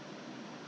report at